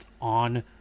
on